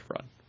run